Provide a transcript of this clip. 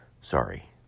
Sorry